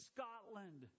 Scotland